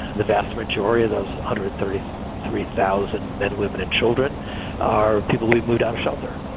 the vast majority of those hundred thirty three thousand men, women and children are people we moved out of shelter.